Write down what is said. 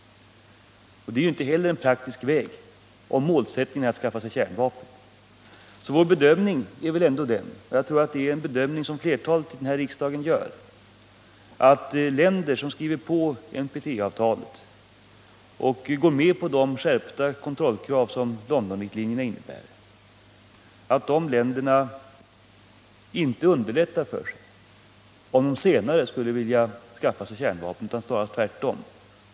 Det är icke en praktisk väg om målsättningen är att skaffa sig kärnvapen. Vår bedömning -— och jag tror att flertalet av riksdagens ledamöter delar den — är ändå att länder som skriver på NPT-avtalet och går med på de skärpta kontrollkrav som Londonriktlinjerna innebär inte underlättar för sig, om de senare skulle vilja skaffa kärnvapen, utan snarare tvärtom.